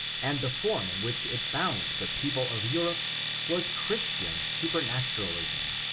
and the form in which it bound the people of europe was christian super naturalism.